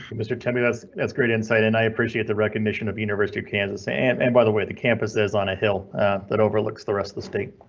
mr tammy, that's that's great insight and i appreciate the recognition of university of kansas. and and by the way, the campus is on a hill that overlooks the rest of the state.